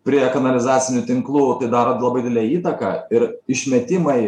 prie kanalizacinių tinklų daro labai didelę įtaką ir išmetimą į